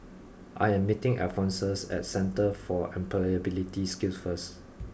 I am meeting Alphonsus at Centre for Employability Skills first